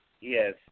Yes